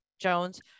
jones